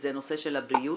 וזה נושא הבריאות.